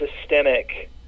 systemic